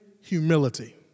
humility